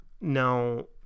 Now